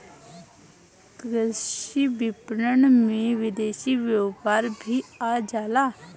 कृषि विपणन में विदेशी व्यापार भी आ जाला